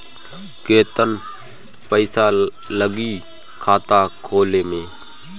केतना पइसा लागी खाता खोले में?